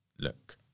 look